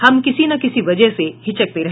हम किसी न किसी वजह से हिचकते रहे